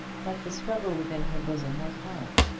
but the struggle within her bosom was hard,